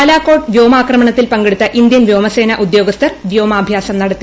ബാലാകോട്ട് വ്യോമാക്രമണത്തിൽ പങ്കെടുത്ത ഇന്ത്യൻ വ്യോമസേനാ ഉദ്യോഗസ്ഥർ വ്യോമാഭ്യാസം നടത്തി